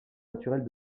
naturelle